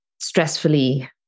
stressfully